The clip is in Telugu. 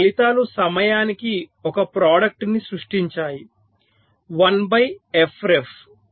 ఫలితాలు సమయానికి 1 ప్రాడక్టు ని సృష్టించాయి 1 బై f ref